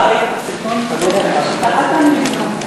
אתה לא נורמלי.